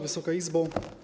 Wysoka Izbo!